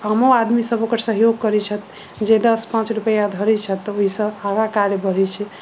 आमो आदमी सभ ओकर सहयोग करैत छथि जे दश पाँच रुपआ धरैत छथि तऽ ओहिसँ आगा कार्य बढ़ैत छै